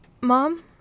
Mom